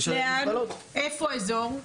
איפה האזור?